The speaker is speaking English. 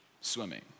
swimming